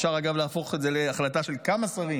אפשר להפוך את זה להחלטה של כמה שרים